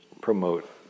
promote